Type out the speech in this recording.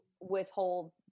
withhold